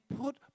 put